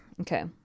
okay